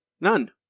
None